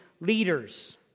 leaders